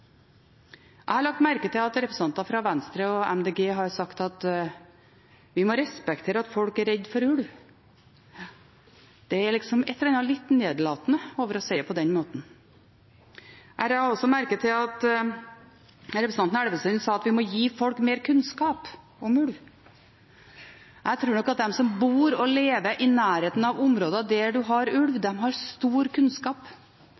Jeg har lagt merke til at representanter fra Venstre og Miljøpartiet De Grønne har sagt at vi må respektere at folk er redd for ulv. Det er liksom et eller annet litt nedlatende over å si det på den måten. Jeg la også merke til at representanten Elvestuen sa at vi må gi folk mer kunnskap om ulv. Jeg tror nok at de som bor og lever i nærheten av områder der man har ulv, har stor kunnskap,